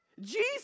Jesus